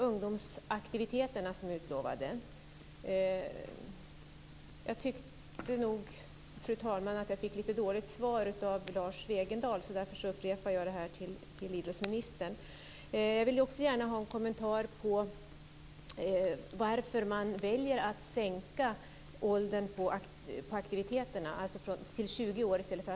Jag tyckte att jag fick ett lite dåligt svar från Lars Wegendal om de utlovade miljonerna till barnoch ungdomsaktiviteter, och därför för jag dem vidare till idrottsministern.